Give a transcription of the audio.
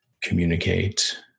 communicate